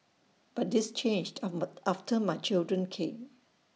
but this changed after my children came